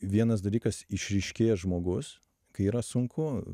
vienas dalykas išryškėja žmogus kai yra sunku